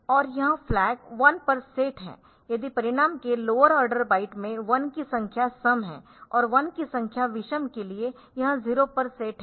तो यह फ्लैग 1 पर सेट है यदि परिणाम के लोअर बाइट में 1 की संख्या सम है और 1 की विषम संख्या के लिए यह 0 पर सेट है